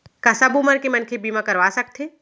का सब उमर के मनखे बीमा करवा सकथे?